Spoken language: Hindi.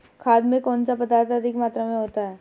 खाद में कौन सा पदार्थ अधिक मात्रा में होता है?